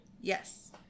Yes